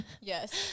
Yes